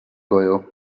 koju